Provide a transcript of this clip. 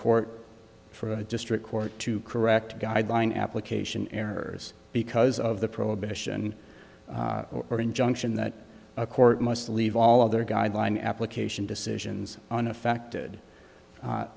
court for the district court to correct guideline application errors because of the prohibition or injunction that a court must leave all of their guideline application decisions on affected